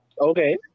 Okay